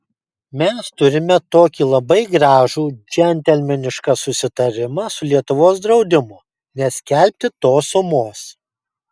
mes turime tokį labai gražų džentelmenišką susitarimą su lietuvos draudimu neskelbti tos sumos